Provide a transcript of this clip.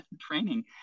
training